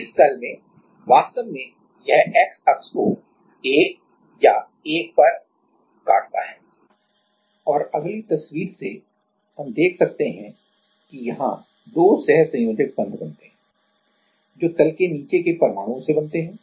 इस तल में वास्तव में यह एक्स अक्ष को a या 1 पर इंटरसेप्ट काटता है और अगली तस्वीर से हम देख सकते हैं कि यहांदो सहसंयोजक बंध बनते हैं जो तल के नीचे के परमाणुओं से बनते हैं